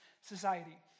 society